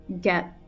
get